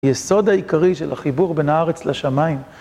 יסוד העיקרי של החיבור בין הארץ לשמיים.